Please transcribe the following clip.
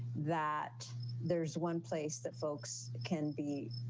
that there's one place that folks can be